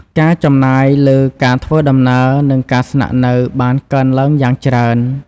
ការចំណាយលើការធ្វើដំណើរ និងការស្នាក់នៅបានកើនឡើងយ៉ាងច្រើន។